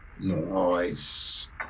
Nice